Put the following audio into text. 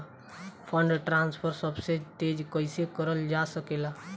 Fund transfer सबसे तेज कइसे करल जा सकेला?